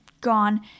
gone